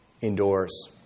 indoors